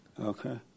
Okay